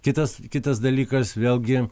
kitas kitas dalykas vėlgi